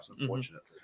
unfortunately